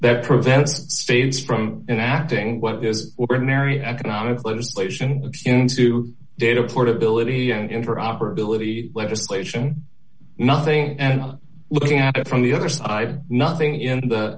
that prevents states from acting what is ordinary economic legislation into data portability and interoperability legislation nothing and looking at it from the other side nothing in the